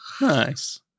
Nice